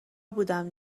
بودم